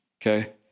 okay